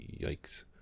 Yikes